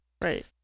right